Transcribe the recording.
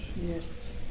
Yes